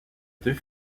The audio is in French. deux